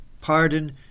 Pardon